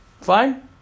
Fine